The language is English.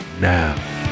now